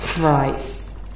Right